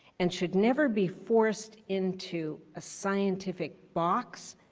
and should never be forced into a scientific box